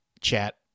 chat